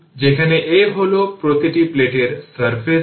এখন তাই r 0 থেকে 2 মাইক্রো সেকেন্ডের মধ্যে এটি 5 অ্যাম্পিয়ার